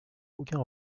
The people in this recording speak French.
aucun